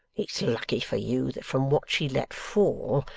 it's lucky for you that from what she let fall,